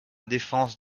défense